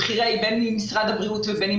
בין אם בכירי משרד הבריאות ואין אם